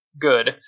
good